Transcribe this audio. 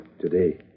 Today